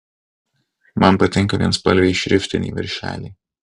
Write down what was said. man patinka vienspalviai šriftiniai viršeliai